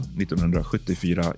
1974